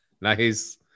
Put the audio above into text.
Nice